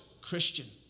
Christian